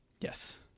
Yes